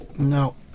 No